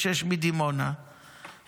בן 46 מקיבוץ ניר עוז,